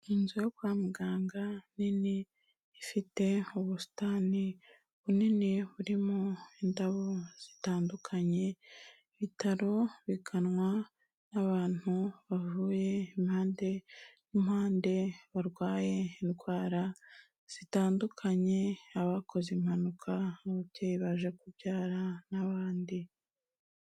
Inzu yo kwa muganga, nini, ifite ubusitani bunini burimo indabo zitandukanye, ibitaro biganwa n'abantu bavuye impande n'impande, barwaye indwara zitandukanye, abakoze impanuka, ababyeyi baje kubyara n'abandi.